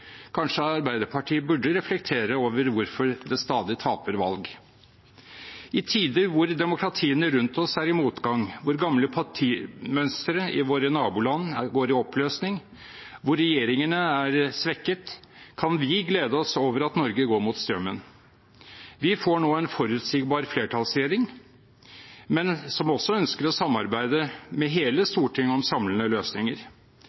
Kanskje Arbeiderpartiet burde reflektere over hvorfor de stadig taper valg. I tider hvor demokratiene rundt oss er i motgang, hvor gamle partimønstre i våre naboland går i oppløsning, og hvor regjeringene er svekket, kan vi glede oss over at Norge går mot strømmen. Vi får nå en forutsigbar flertallsregjering som også ønsker å samarbeide med hele Stortinget om samlende løsninger.